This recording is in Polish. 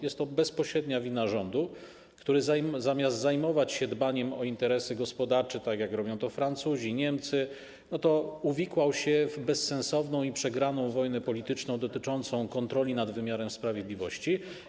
Jest to bezpośrednia wina rządu, który zamiast zajmować się dbaniem o interesy gospodarcze, tak jak robią to Francuzi, Niemcy, uwikłał się w bezsensowną i przegraną wojnę polityczną dotyczącą kontroli nad wymiarem sprawiedliwości.